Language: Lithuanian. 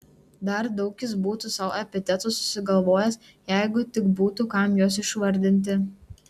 dar daug jis būtų sau epitetų susigalvojęs jeigu tik būtų kam juos išvardinti